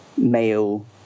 male